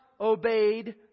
obeyed